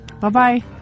Bye-bye